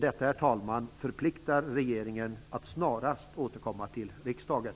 Detta, herr talman, förpliktar regeringen att snarast återkomma till riksdagen.